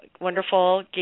wonderful